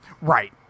Right